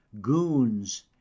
goons